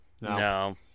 no